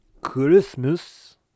Christmas